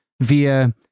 via